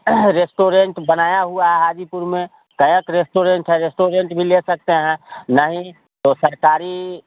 restaurant बनाया हुआ है हाजीपुर में कई एक रेस्टुरेंट हैं रेस्टुरेंट भी ले सकते हैं नहीं तो सरकारी